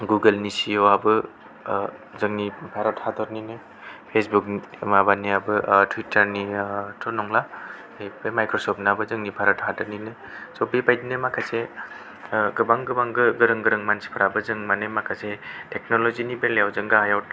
गुगोलनि C E O आबो जोंनि भारत हादोरनिनो फेसबुक माबानियाबो टुयटार नियाथ' नंला बे माइक्र'स्फट नाबो जोंनि हादोरनियानो स' बेबायदिनो माखासे गोबां गोरों गोरों मानसिफोराबो जों मानि माखासे टेकनलजि नि बेलायाव जों गाहायाव